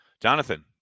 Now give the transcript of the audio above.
Jonathan